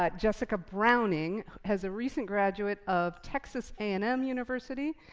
ah jessica browning has a recent graduate of texas a and m university,